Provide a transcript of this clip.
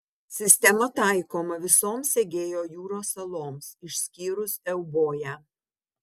sistema taikoma visoms egėjo jūros saloms išskyrus euboją